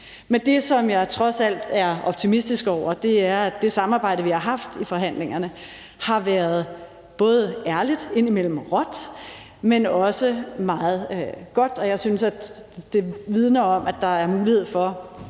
Men det, som jeg trods alt er optimistisk over, er, at det samarbejde, vi har haft i forhandlingerne, har været både ærligt og indimellem råt, men også meget godt. Jeg synes, at det vidner om, at der er mulighed for,